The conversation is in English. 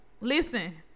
Listen